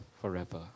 forever